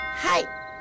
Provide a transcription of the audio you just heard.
Hi